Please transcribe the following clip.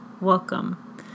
Welcome